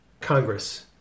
Congress